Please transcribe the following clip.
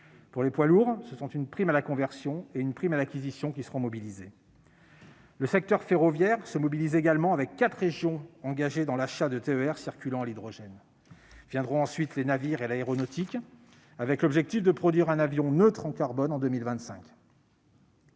Pour les poids lourds, une prime à la conversion et une prime à l'acquisition seront mobilisées. Le secteur ferroviaire se mobilise également, quatre régions s'étant engagées dans l'achat de trains express régionaux (TER) circulant à l'hydrogène. Viendront ensuite les navires et l'aéronautique, l'objectif étant de produire un avion neutre en carbone en 2025.